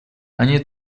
они